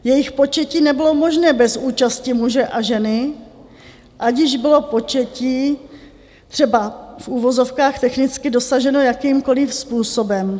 Jejich početí nebylo možné bez účasti muže a ženy, ať již bylo početí třeba v uvozovkách technicky dosaženo jakýmkoliv způsobem.